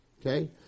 Okay